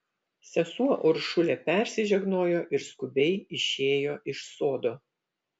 sesuo uršulė persižegnojo ir skubiai išėjo iš sodo